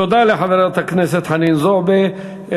תודה לחברת הכנסת חנין זועבי.